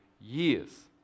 years